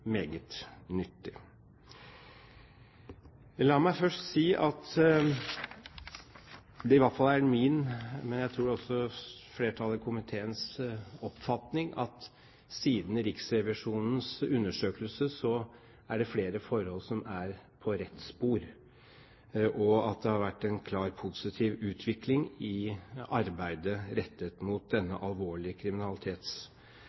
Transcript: meget nyttig høring. La meg først si at det i hvert fall er min, men jeg tror også flertallet i komiteens, oppfatning at siden Riksrevisjonens undersøkelse er det flere forhold som er på rett spor, og at det har vært en klart positiv utvikling i arbeidet rettet mot